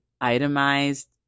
itemized